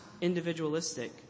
individualistic